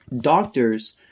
Doctors